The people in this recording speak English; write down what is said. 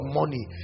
money